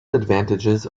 advantages